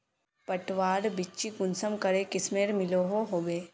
पटवार बिच्ची कुंसम करे किस्मेर मिलोहो होबे?